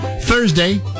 Thursday